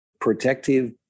protective